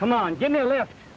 come on give me a lift